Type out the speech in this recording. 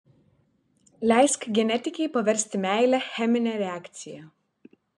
leisk genetikei paversti meilę chemine reakcija